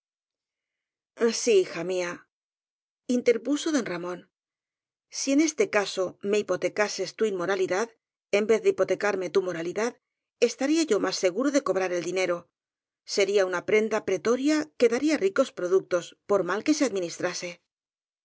sí hija m ía interpuso don ramón si en este caso me hipotecases tu inmoralidad en vez de hipotecarme tu moralidad estaría yo más seguro de cobrar el dinero sería una prenda pretoria que daría ricos productos por mal que se administrase